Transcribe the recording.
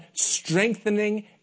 strengthening